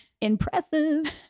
impressive